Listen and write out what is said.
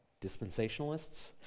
dispensationalists